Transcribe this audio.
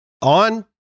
on